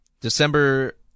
December